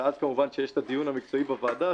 ואז כמובן יש הדיון המקצועי בוועדה,